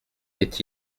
est